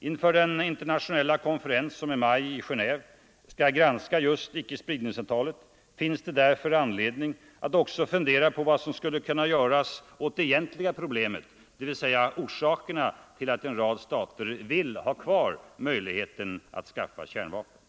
Inför den internationella konferens som i maj i Genéve skall granska I just icke-spridningsavtalet finns därför anledning att också fundera på Ang. säkerhetsoch vad som skulle kunna göras åt det egentliga problemet, dvs. orsakerna = nedrustningsfrågortill att en rad stater vill ha kvar möjligheten att skaffa kärnvapen.